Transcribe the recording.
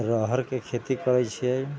राहरिके खेती करै छियै